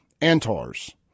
Antar's